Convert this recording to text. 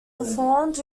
performed